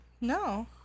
No